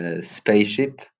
Spaceship